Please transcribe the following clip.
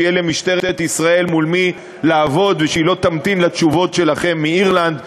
שיהיה למשטרת ישראל מול מי לעבוד והיא לא תמתין לתשובות שלכם מאירלנד,